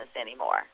anymore